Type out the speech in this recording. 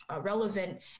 relevant